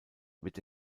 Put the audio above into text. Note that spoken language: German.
wird